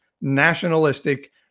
nationalistic